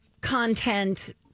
content